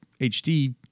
HD